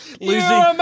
losing